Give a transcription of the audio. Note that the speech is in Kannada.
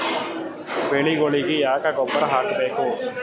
ಬೆಳಿಗೊಳಿಗಿ ಯಾಕ ಗೊಬ್ಬರ ಹಾಕಬೇಕು?